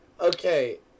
Okay